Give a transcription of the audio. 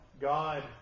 God